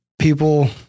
people